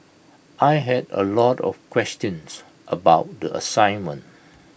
I had A lot of questions about the assignment